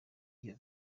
iyo